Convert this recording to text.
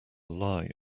lie